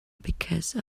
because